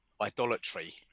idolatry